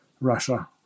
Russia